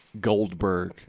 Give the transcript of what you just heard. Goldberg